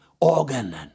organ